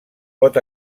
pot